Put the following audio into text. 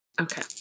Okay